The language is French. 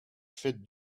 faites